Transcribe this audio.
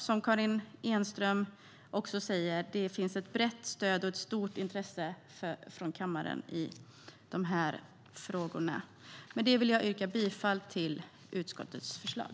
Som Karin Enström sa finns det ett brett stöd och ett stort intresse från kammaren för de här frågorna. Jag vill yrka bifall till utskottets förslag.